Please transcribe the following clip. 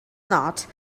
not